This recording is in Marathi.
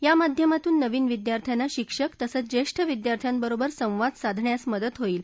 या माध्यमातून नवीन विद्यार्थ्यांना शिक्षक तसंच ज्येष्ठ विद्यार्थ्यांबरोबर संवाद साधण्यास मदत होईल